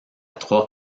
trois